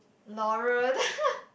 Laura